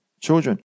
children